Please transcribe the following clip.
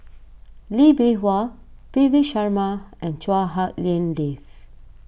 Lee Bee Wah Davi Sharma and Chua Hak Lien Dave